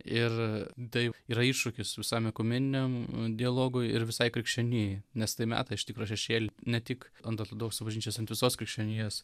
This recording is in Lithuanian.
ir taip yra iššūkis visam ekumeniniam dialogui ir visai krikščionijai nes tai meta iš tikro šešėlį ne tik ant ortodoksų bažnyčios ant visos krikščionijos